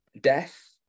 death